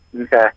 Okay